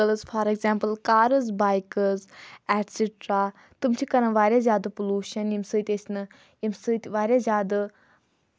تِم vehicles for example cars bikes etcetera تٔمۍ چھِ کَران واریاہ زیادٕ پلوٗشَن ییٚمہِ سۭتۍ ٲسۍ نہٕ ییٚمہِ سۭتۍ واریاہ زیادٕ